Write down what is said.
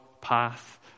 path